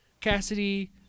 Cassidy